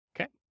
okay